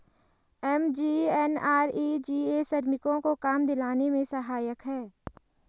MGNREGA श्रमिकों को काम दिलाने में सहायक है